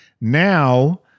Now